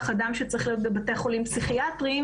אדם שצריך להיות בבתי חולים פסיכיאטריים,